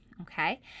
okay